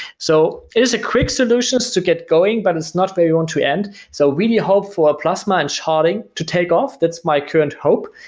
so it is a quick solutions to get going, but it's not very one to end. so really hopeful of ah plasma and sharding to take off. that's my current hope.